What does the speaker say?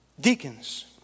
deacons